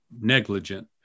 negligent